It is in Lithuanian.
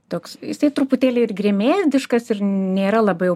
toks jisai truputėlį ir gremėzdiškas ir nėra labai jau